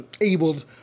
abled